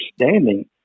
understanding